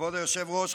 כבוד היושב-ראש,